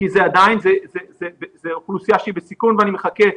כי זו עדיין אוכלוסייה שהיא בסיכון ואני מחכה.